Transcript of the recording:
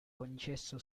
concesso